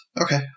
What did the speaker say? Okay